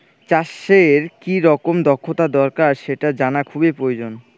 চাষের কি রকম দক্ষতা দরকার সেটা জানা খুবই প্রয়োজন